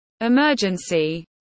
Emergency